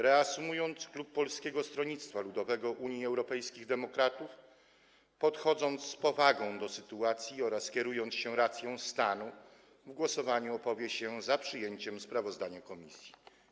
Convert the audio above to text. Reasumując, klub Polskiego Stronnictwa Ludowego - Unii Europejskich Demokratów, podchodząc z powagą do sytuacji oraz kierując się racją stanu, w głosowaniu opowie się za przyjęciem sprawozdania komisji.